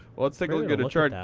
let's take a look at a chart.